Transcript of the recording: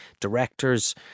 directors